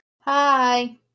Hi